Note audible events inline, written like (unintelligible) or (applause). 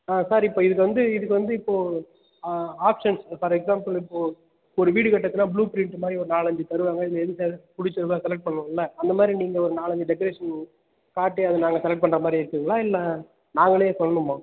ஆ sir இப்போ இதுக்கு வந்து இதுக்கு வந்து இப்போ ஆப்ஷன்ஸ் ஃபார் எக்ஸாம்பிள் இப்போ ஒரு வீடு கட்டுறதுனா ப்ளூ பிரிண்ட் மாதிரி ஒரு நாலஞ்சு தருவாங்க இதில் எது (unintelligible) பிடிச்சிருக்கோ அதை செலெக்ட் பண்ணுவோம்ல அந்தமாதிரி நீங்கள் ஒரு நாலஞ்சு டெக்கரேஷன் காட்டி அதை நாங்கள் செலெக்ட் பண்ணுறமாரி இருக்கும்ங்களா இல்லை நாங்களே சொல்லணுமா